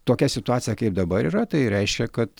tokia situacija kaip dabar yra tai reiškia kad